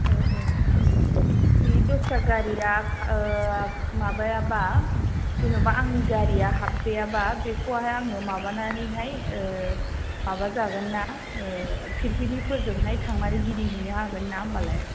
दसरा गारिया माबायाबा जेनेबा आंनि गारिया हाबजायाबा बेखौहाय आङो माबानानैहाय माबा जागोनना फिरफिलि फोरजोंहाय थांनानै गिदिंहैनो हागोन ना होनबालाय